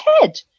head